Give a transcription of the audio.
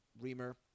Reamer